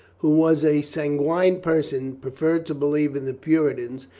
who was a sanguine person, preferred to believe in the puritans,